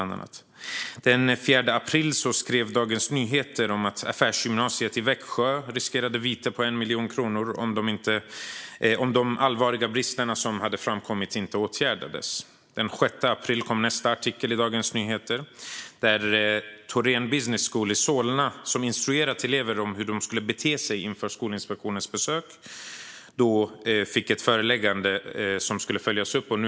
Den 4 april skrev Dagens Nyheter om att Affärsgymnasiet i Växjö riskerade vite på 1 miljon kronor om de allvarliga brister som hade framkommit inte åtgärdades. Den 6 april kom en artikel i Dagens Nyheter om Thoren Business School i Solna, som instruerat elever hur de skulle bete sig vid Skolinspektionens besök, då ett föreläggande skulle följas upp.